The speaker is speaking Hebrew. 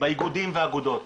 באיגודים ובאגודות.